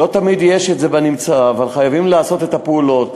לא תמיד יש בנמצא, אבל חייבים לעשות את הפעולות.